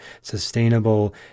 sustainable